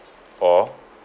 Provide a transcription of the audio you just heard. or